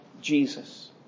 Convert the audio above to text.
Jesus